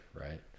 right